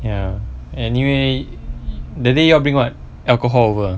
ya anyway the day you all bring what alcohol over